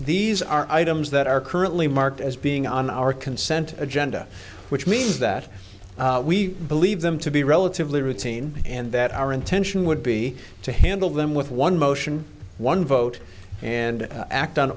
these are items that are currently marked as being on our consent agenda which means that we believe them to be relatively routine and that our intention would be to handle them with one motion one vote and act on